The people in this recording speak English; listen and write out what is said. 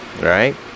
right